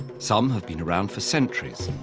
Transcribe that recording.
some have been around for centuries,